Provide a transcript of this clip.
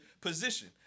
position